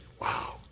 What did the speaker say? Wow